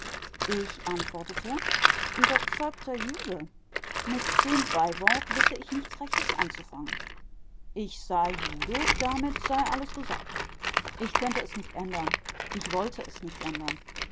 ich antwortete überzeugter jude mit dem beiwort wisse ich nichts rechtes anzufangen ich sei jude damit sei alles gesagt ich könne es nicht ändern ich wolle es nicht ändern